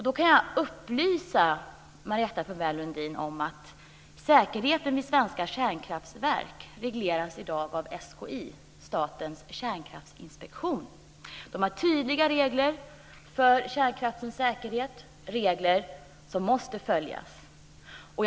Då kan jag upplysa Marietta de Pourbaix-Lundin om att säkerheten vid svenska kärnkraftverk i dag regleras av SKI, Statens kärnkraftsinspektion. SKI har tydliga regler för kärnkraftens säkerhet, regler som måste följas.